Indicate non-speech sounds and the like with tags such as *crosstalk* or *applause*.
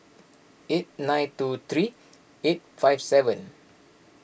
*noise* eight nine two three eight five seven